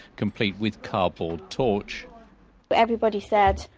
complete with cardboard torch but everybody said,